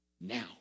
now